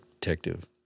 detective